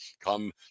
come